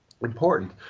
important